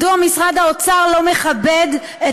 מדוע משרד האוצר לא מכבד את